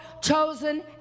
chosen